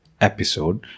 episode